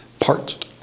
parched